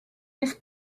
miss